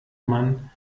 man